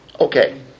Okay